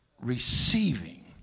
receiving